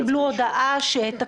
אנחנו גם בזה נראה איך להיערך,